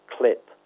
clip